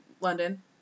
London